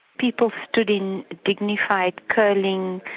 people stood in dignified, curling,